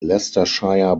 leicestershire